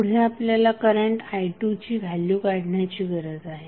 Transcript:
पुढे आपल्याला करंट i2ची व्हॅल्यू काढण्याची गरज आहे